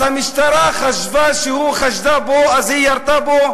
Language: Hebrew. אז המשטרה חשדה בו וירתה בו